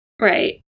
right